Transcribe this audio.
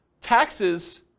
taxes